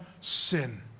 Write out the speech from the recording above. sin